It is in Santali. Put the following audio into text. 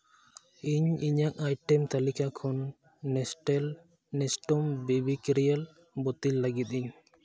ᱤᱧ ᱤᱧᱟᱹᱜ ᱟᱭᱴᱮᱢ ᱛᱟᱹᱞᱤᱠᱟ ᱠᱷᱚᱱ Nestle Nestum baby cereal bottle ᱞᱟᱹᱜᱤᱫ ᱤᱧ